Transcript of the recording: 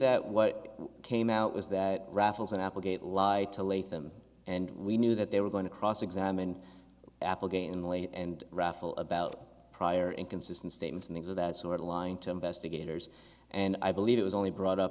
that what came out was that raffles and applegate lied to late them and we knew that they were going to cross examine apple again lee and raffle about prior inconsistent statements made so that sort of lying to investigators and i believe it was only brought up